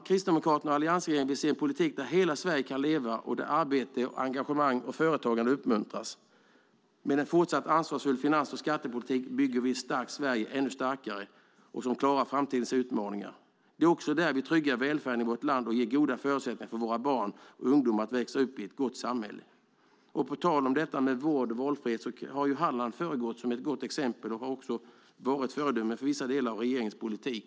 Kristdemokraterna och alliansregeringen vill se en politik där hela Sverige kan leva och där arbete, engagemang och företagande uppmuntras. Med en fortsatt ansvarsfull finans och skattepolitik bygger vi ett starkt Sverige ännu starkare - ett Sverige som klarar framtidens utmaningar. Det är också så vi tryggar välfärden i vårt land och ger goda förutsättningar för våra barn och ungdomar att växa upp i ett gott samhälle. På tal om detta med vård och valfrihet vill jag framhålla att Halland har föregått med gott exempel och också varit ett föredöme för vissa delar av regeringens politik.